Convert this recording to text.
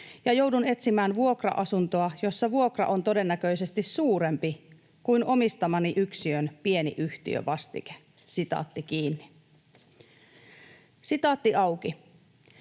ja joudun etsimään vuokra-asuntoa, jossa vuokra on todennäköisesti suurempi kuin omistamani yksiön pieni yhtiövastike.” ”Joudun muuttamaan,